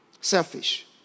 selfish